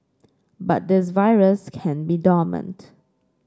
but this virus can be dormant